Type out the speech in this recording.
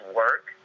work